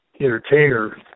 entertainer